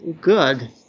Good